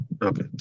Okay